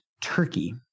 Turkey